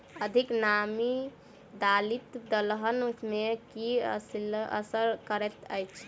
अधिक नामी दालि दलहन मे की असर करैत अछि?